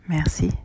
Merci